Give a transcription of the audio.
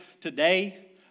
today